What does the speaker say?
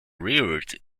reared